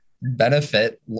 benefit